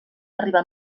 arribar